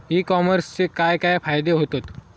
E कॉमर्सचे काय काय फायदे होतत?